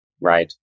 right